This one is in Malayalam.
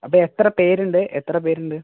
അപ്പോൾ എത്ര പേർ ഉണ്ട് എത്ര പേർ ഉണ്ട്